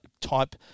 type